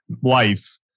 wife